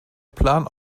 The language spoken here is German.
plan